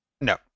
no